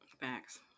facts